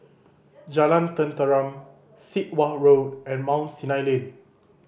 Jalan Tenteram Sit Wah Road and Mount Sinai Lane